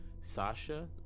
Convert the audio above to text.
Sasha